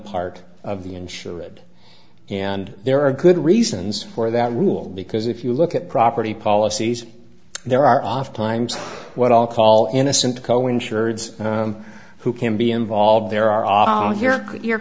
part of the insured and there are good reasons for that rule because if you look at property policies there are often times what i'll call innocent co insurance who can be involved there are all here your